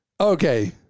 Okay